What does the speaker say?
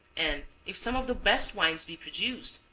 and if some of the best wines be produced,